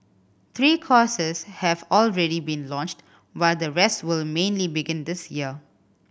three courses have already been launched while the rest will mainly begin this year